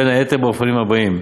בין היתר באופנים הבאים: